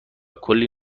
کلی